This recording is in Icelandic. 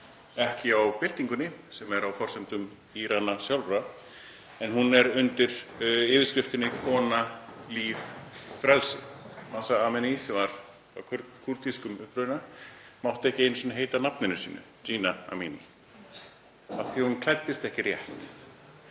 ekki á byltingunni sem er á forsendum Írana sjálfra og er undir yfirskriftinni: Kona, líf, frelsi. Mahsa Amini, sem var af kúrdískum uppruna, mátti ekki einu sinni heita nafninu sínu, Jina Amini, af því að hún klæddist ekki rétt.